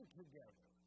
together